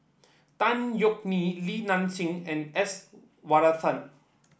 Tan Yeok Nee Li Nanxing and S Varathan